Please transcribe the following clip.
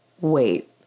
wait